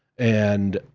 and,